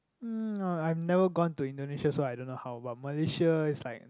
um no I've never gone to Indonesia so I don't know how about Malaysia is like